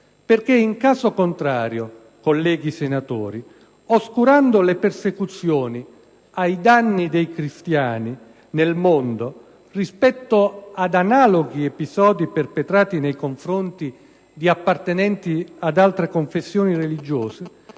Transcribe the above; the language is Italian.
In caso contrario, colleghi senatori, oscurando le persecuzioni ai danni dei cristiani nel mondo rispetto ad analoghi episodi perpetrati nei confronti di appartenenti ad altre confessioni religiose,